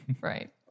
Right